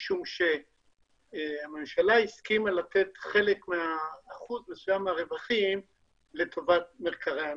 כי הממשלה הסכימה לתת אחוז מסוים מהרווחים לטובת מחקרי הנפט.